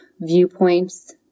viewpoints